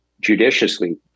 judiciously